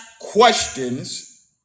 questions